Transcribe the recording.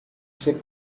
ser